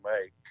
make